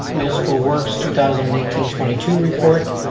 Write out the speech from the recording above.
municipal works two thousand and eighteen twenty two report,